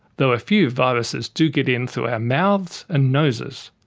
though a few viruses do get in through our mouths and noses.